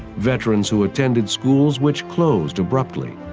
veterans who attended schools which closed abruptly,